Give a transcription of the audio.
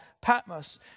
Patmos